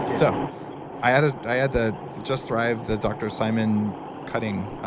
so i add ah i add the just thrive, the dr. simon cutting,